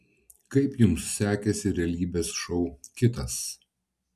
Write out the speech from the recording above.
kaip jums sekėsi realybės šou kitas